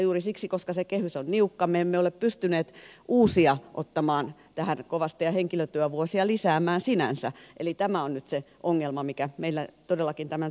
juuri siksi koska se kehys on niukka me emme ole pystyneet uusia ottamaan tähän kovasti ja henkilötyövuosia lisäämään sinänsä eli tämä on nyt se ongelma mikä meillä todellakin tämän tiukan talouden osalta on